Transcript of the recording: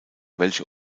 welche